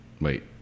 wait